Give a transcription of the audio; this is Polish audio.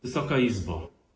Wysoka Izbo!